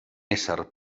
ésser